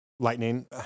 Lightning